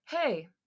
Hey